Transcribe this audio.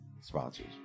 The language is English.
sponsors